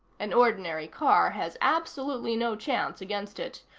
an ordinary car has absolutely no chance against it.